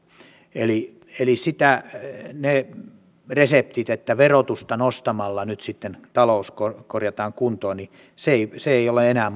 eli eli se resepti että verotusta nostamalla nyt sitten talous korjataan kuntoon ei ole enää